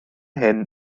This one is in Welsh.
hyn